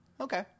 Okay